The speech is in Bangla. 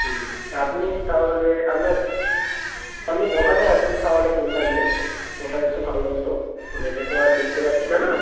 হুম আপনি তাহলে আপনার আপনি দোকানে আসুন তাহলে ফোনটা নিয়ে ওটা একটু ভালো হতো ফোনে তো আর দেখতে পাচ্ছি না না